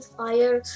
fire